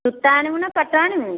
ସୂତା ଆଣିବୁ ନା ପାଟ ଆଣିବୁ